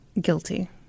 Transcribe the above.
Guilty